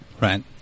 Right